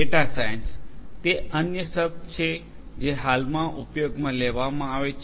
data science તે અન્ય શબ્દ છે જે હાલમાં ઉપયોગમાં લેવામાં આવે છે